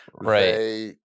Right